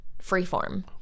Freeform